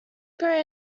gray